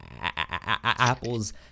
Apple's